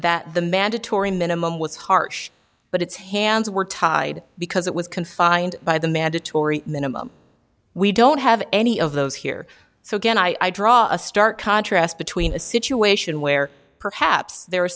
that the mandatory minimum was harsh but its hands were tied because it was confined by the mandatory minimum we don't have any of those here so again i draw a stark contrast between a situation where perhaps there